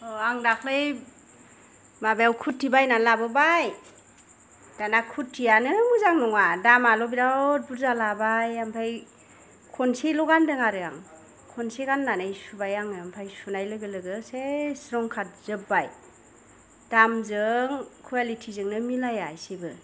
आं दाखलै माबायाव कुर्थि बायना लाबोबाय दाना कुर्थियानो मोजां नङा दामाबो बिराद बुरजा लाबाय ओमफ्राय खनसेल' गानदों आरो आं खनसे गाननानै सुबाय आङो ओमफ्राय सुनाय लोगो लोगो सेस रं खारजोब्बाय दामजों कवालिटिजोंनो मिलाया एसेबो